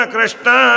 Krishna